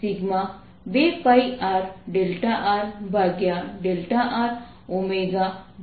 જે K σ2πr rr 2π છે